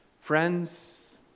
Friends